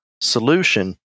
solution